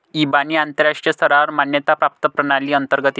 इबानी आंतरराष्ट्रीय स्तरावर मान्यता प्राप्त प्रणाली अंतर्गत येते